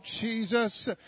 Jesus